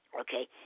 Okay